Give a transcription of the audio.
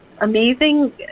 Amazing